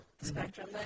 Spectrum